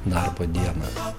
darbo dieną